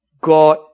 God